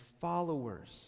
followers